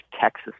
Texas